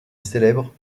célèbre